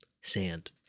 Sand